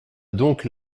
donc